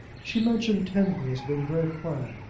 she mentioned tenby as being very quiet,